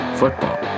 football